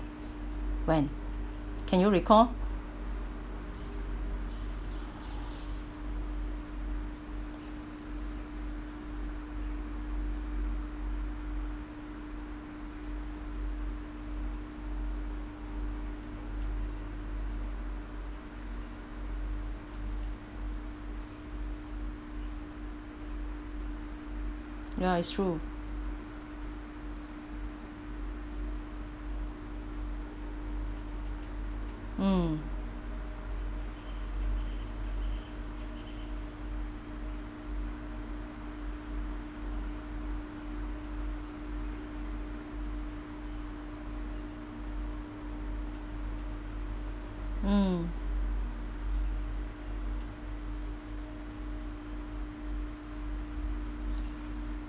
when can you recall ya it's true mm mm